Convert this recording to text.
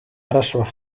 arazoa